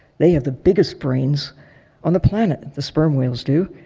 they have the biggest brains on the planet, the sperm whales do.